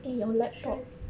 stress